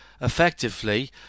effectively